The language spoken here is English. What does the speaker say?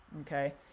okay